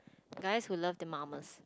guys who love their mamas